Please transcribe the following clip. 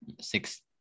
six